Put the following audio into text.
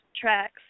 tracks